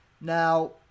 Now